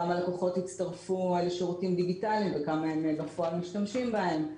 כמה לקוחות הצטרפו לשירותים דיגיטליים וכמה הם בפועל משתמשים בהם.